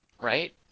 Right